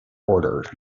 order